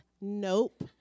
Nope